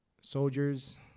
soldiers